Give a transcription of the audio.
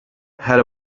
had